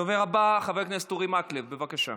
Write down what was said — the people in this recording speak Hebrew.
הדובר הבא, חבר הכנסת אורי מקלב, בבקשה.